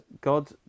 God